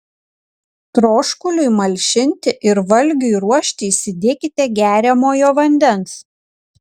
troškuliui malšinti ir valgiui ruošti įsidėkite geriamojo vandens